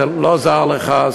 זה לא זר לך,